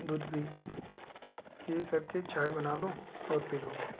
दूध भी यही करके चाय बना लो और पी लो